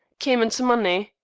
came into money.